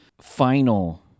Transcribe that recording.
final